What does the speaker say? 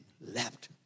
left